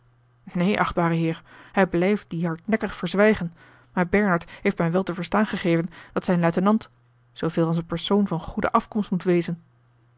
neen achtbare heer hij blijft dien hardnekkig verzwijgen maar bernard heeft mij wel te verstaan gegeven dat zijn luitenant zooveel als een persoon van goede afkomst moet wezen